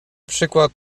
przykład